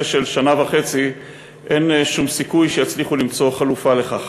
של שנה וחצי אין שום סיכוי שיצליחו למצוא חלופה לכך.